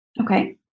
Okay